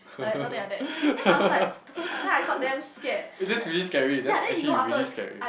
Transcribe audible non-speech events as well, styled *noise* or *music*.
*laughs* eh that's really scary that's actually really scary